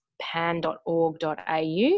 pan.org.au